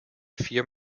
vier